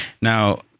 now